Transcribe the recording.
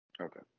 Okay